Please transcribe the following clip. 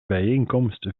bijeenkomst